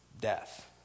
death